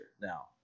now